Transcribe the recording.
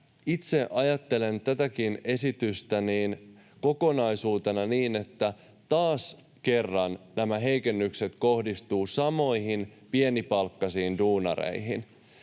itse ajattelen tätäkin esitystä kokonaisuutena niin, että taas kerran nämä heikennykset kohdistuvat samoihin pienipalkkaisiin duunareihin.